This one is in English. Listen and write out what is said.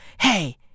hey